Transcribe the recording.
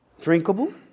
drinkable